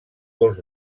dos